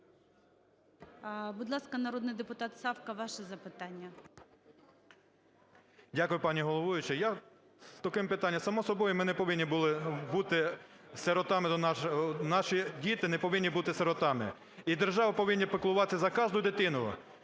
Дякую, пані головуюча.